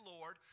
Lord